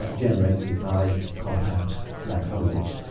ah generated by compact black holes.